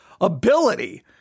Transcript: ability